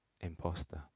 imposter